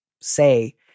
say